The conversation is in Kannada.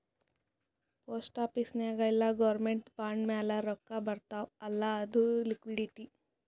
ಪೋಸ್ಟ್ ಆಫೀಸ್ ನಾಗ್ ಇಲ್ಲ ಗೌರ್ಮೆಂಟ್ದು ಬಾಂಡ್ ಮ್ಯಾಲ ರೊಕ್ಕಾ ಬರ್ತಾವ್ ಅಲ್ಲ ಅದು ಲಿಕ್ವಿಡಿಟಿ